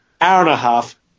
hour-and-a-half